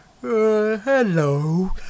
hello